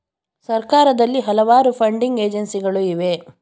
ಸರ್ಕಾರದಲ್ಲಿ ಹಲವಾರು ಫಂಡಿಂಗ್ ಏಜೆನ್ಸಿಗಳು ಇವೆ